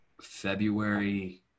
February